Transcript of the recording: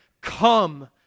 Come